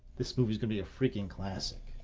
this movie's gonna be a freaking classic,